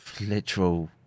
literal